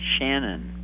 Shannon